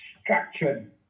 structured